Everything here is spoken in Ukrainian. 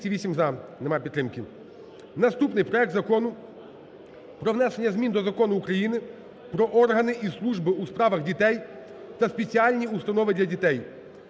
Наступний проект Закону про внесення змін до Закону України "Про органи і служби у справах дітей та спеціальні установи для дітей"